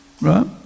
right